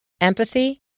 empathy